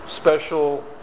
special